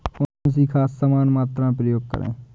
कौन सी खाद समान मात्रा में प्रयोग करें?